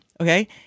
okay